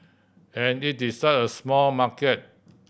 and it's such a small market